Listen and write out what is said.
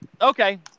Okay